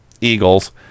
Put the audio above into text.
Eagles